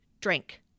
drink